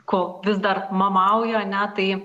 ko vis dar mamauju ane tai